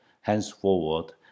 henceforward